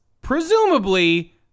presumably